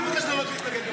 אני מבקש לעלות ולהתנגד.